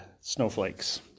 snowflakes